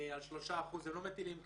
שעל 3% הם לא מטילים קנס,